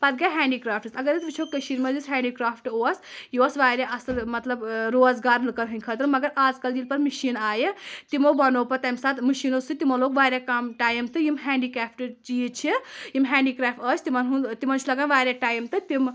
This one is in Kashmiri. پتہٕ گٔے ہینٛڈی کرٛافٹٕز اگر أسۍ وُچھو کٔشیٖر منٛز یُس ہینٛڈی کرٛافٹہٕ اوس یہِ اوس واریاہ اصٕل مطلب ٲں روزگار لوٗکن ہنٛدۍ خٲطرٕ مگر آز کل ییٚلہِ پتہٕ مِشیٖن آیہِ تِمو بَنوو پتہٕ تَمہِ ساتہٕ مشیٖنو سۭتۍ تِمو لوگ واریاہ کم ٹایِم تہٕ یِم ہینٛڈی کرٛافٹہٕ چیٖز چھِ یِم ہینٛڈی کرٛافٹہٕ ٲسۍ تِمن ہُنٛد ٲں تِمن چھِ لگان واریاہ ٹایِم تہٕ تِم